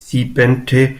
siebente